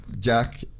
Jack